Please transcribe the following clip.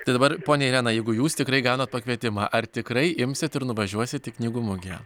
tai dabar ponia irena jeigu jūs tikrai gaunat pakvietimą ar tikrai imsit ir nuvažiuosit į knygų mugę